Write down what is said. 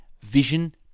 vision